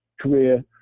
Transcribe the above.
career